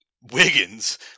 Wiggins